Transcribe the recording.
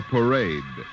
Parade